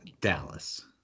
Dallas